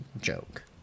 joke